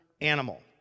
animal